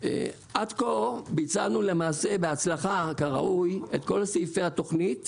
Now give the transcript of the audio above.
עד כה ביצענו בהצלחה את כל סעיפי התוכנית